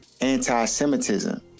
anti-Semitism